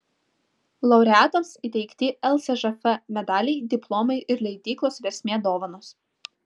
laureatams įteikti lsžf medaliai diplomai ir leidyklos versmė dovanos